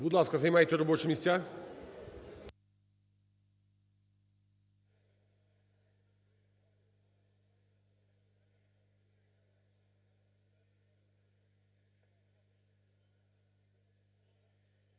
Будь ласка, займайте робочі місця.